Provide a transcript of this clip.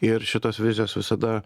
ir šitos vizijos visada